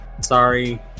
Sorry